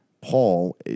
Paul